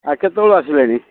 ଆ କେତେବେଳୁ ଆସିଲେଣି